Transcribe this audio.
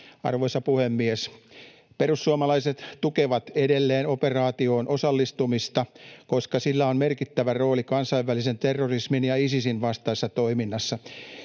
Arvoisa puhemies! Perussuomalaiset tukevat edelleen operaatioon osallistumista, koska sillä on merkittävä rooli kansainvälisen terrorismin ja Isisin vastaisessa toiminnassa.